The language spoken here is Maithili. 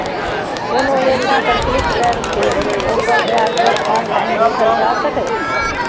कोनो योजना पर क्लिक कैर के ओकर ब्याज दर ऑनलाइन देखल जा सकैए